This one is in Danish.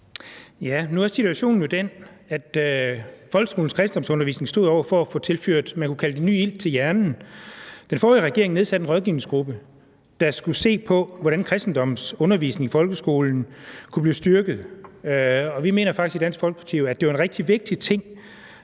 Nu er situationen jo den, at folkeskolens kristendomsundervisning stod over for at få tilført, man kunne kalde det ny ilt til hjernen. Den forrige regering nedsatte en rådgivningsgruppe, der skulle se på, hvordan kristendomsundervisningen i folkeskolen kunne blive styrket, og vi mener faktisk i Dansk Folkeparti, at det er en rigtig vigtig ting